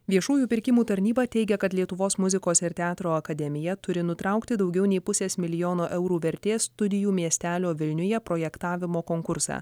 viešųjų pirkimų tarnyba teigia kad lietuvos muzikos ir teatro akademija turi nutraukti daugiau nei pusės milijono eurų vertės studijų miestelio vilniuje projektavimo konkursą